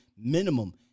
minimum